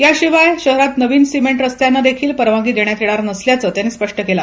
याशिवाय शहरात नविन सिमेंट रस्त्यांना देखील परवानगी देण्यात येणार नसल्याचे त्यांनी स्पष्ट केल